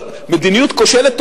מדיניות כושלת,